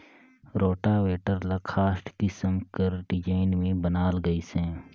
rotavator ल खास किसम कर डिजईन में बनाल गइसे